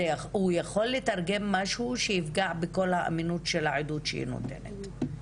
הוא יכול לתרגם משהו שיפגע בכל האמינות של העדות שהיא נותנת,